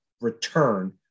return